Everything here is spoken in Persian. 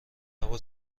هوا